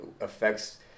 affects